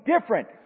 different